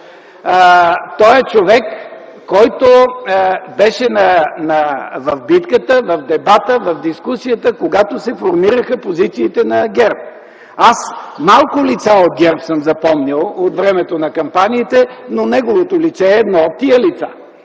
Той е човек, който беше в битката, в дебата, в дискусията, когато се формираха позициите на ГЕРБ. Малко лица от ГЕРБ съм запомнил от времето на кампаниите, но неговото лице е едно от тях.